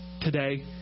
today